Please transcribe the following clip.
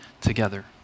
together